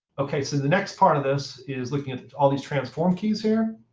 ok, so the next part of this is looking at all these transform keys here.